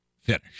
finish